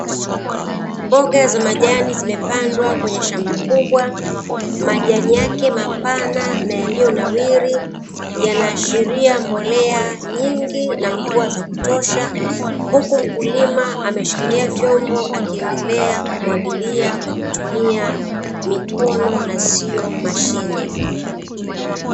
Mboga za majani zimepandwa kwenye shamba kubwa, majani yake mapana na yaliyo nawiri yanaashiria mbolea nyingi na mvua za kutosha. Huku mkulima ameshikilia vyombo akiendelea kumwagilia kwa kutumia mikono na sio mashine.